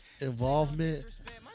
involvement